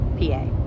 PA